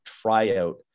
tryout